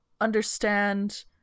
understand